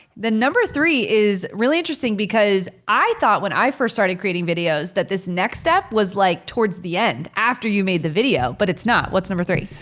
number three is really interesting because i thought when i first started creating videos that this next step was like towards the end after you made the video, but it's not. what's number three?